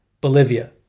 Bolivia